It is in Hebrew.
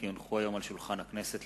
כי הונחו היום על שולחן הכנסת,